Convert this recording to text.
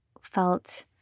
felt